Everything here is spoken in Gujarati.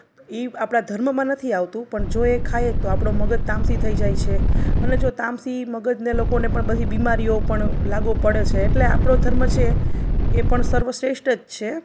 તો એ આપણા ધર્મમાં નથી આવતું પણ જો એ ખાઈએ તો આપણો મગજ તામસી થઈ જાય છે અને જો તામસી મગજને લોકોને પણ બધી બીમારીઓ પણ લાગુ પડે છે એટલે આપણો ધર્મ છે એ પણ સર્વ શ્રેષ્ઠ જ છે